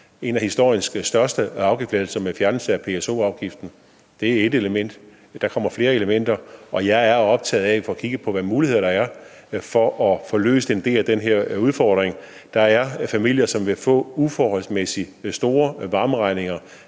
en af historiens største afgiftslettelser med fjernelsen af PSO-afgiften. Det er et element. Der kommer flere elementer, og jeg er optaget af at få kigget på, hvilke muligheder der er for at få løst en del af den her udfordring. Der er familier, som vil få uforholdsmæssigt store varmeregninger